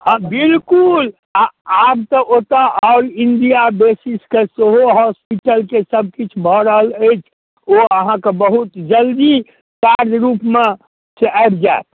हँ बिल्कुल आ आब तऽ ओतय आओर इण्डिया बेसिसके सेहो हॉस्पिटलके सभकिछु भऽ रहल अछि ओ अहाँके बहुत जल्दी कार्यरूपमे से आबि जायत